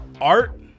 art